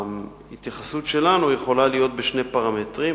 ההתייחסות שלנו יכולה להיות בשני פרמטרים: